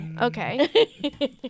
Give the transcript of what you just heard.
okay